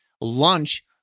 lunch